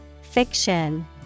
Fiction